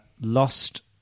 lost